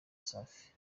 safi